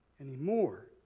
anymore